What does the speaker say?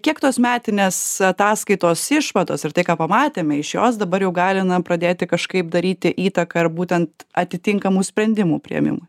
kiek tos metinės ataskaitos išvados ir tai ką pamatėme iš jos dabar jau gali na pradėti kažkaip daryti įtaką ir būtent atitinkamų sprendimų priėmimą